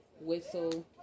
whistle